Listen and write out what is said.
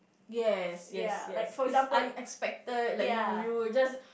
yes yes yes it's unexpected like you you'll just